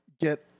get